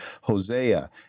Hosea